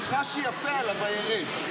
יש רש"י יפה על ה"וירד".